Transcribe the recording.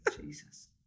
Jesus